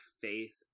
faith